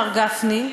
מר גפני,